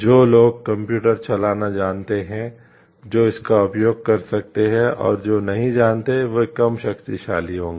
जो लोग कंप्यूटर चलाना जानते हैं जो इसका उपयोग कर सकते हैं और जो नहीं जानते हैं वे कम शक्तिशाली होंगे